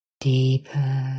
deeper